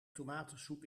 tomatensoep